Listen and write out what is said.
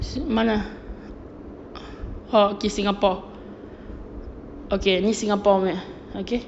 mana oh okay singapore okay ni singapore punya okay